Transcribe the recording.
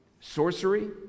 sorcery